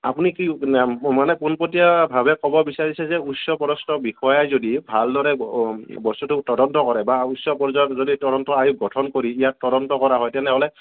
আপুনি কি মানে পোণপটীয়াভাৱে ক'ব বিচাৰিছে যে উচ্চপদস্থ বিষয়াই যদি ভালদৰে বস্তুটো তদন্ত কৰে বা উচ্চ পৰ্য্যায়ত যদি তদন্ত আয়োগ গঠন কৰি ইয়াৰ তদন্ত কৰা হয় তেনেহ'লে